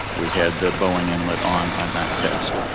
we had the boeing inlet on on that test.